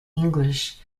english